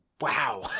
Wow